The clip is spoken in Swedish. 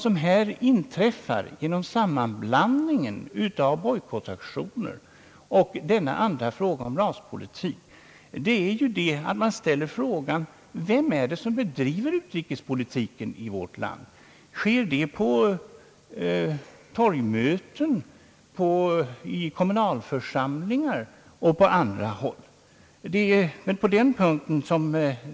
Men genom sammanblandningen av bojkottaktioner och detta andra problem om raspolitiken måste vi ställa oss frågan: Vem är det egentligen som bedriver utrikespolitiken i vårt land? Sker detta på torgmöten, i kommunalförsamlingar och på andra håll?